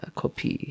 copy